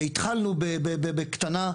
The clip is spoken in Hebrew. התחלנו בקטנה,